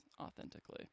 authentically